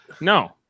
No